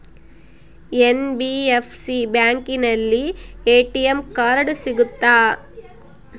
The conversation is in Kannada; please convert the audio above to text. ಎನ್.ಬಿ.ಎಫ್.ಸಿ ಬ್ಯಾಂಕಿನಲ್ಲಿ ಎ.ಟಿ.ಎಂ ಕಾರ್ಡ್ ಸಿಗುತ್ತಾ?